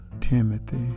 Timothy